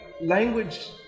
language